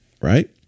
Right